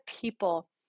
people